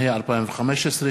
התשע"ה (24 ביוני 2015)